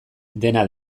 dena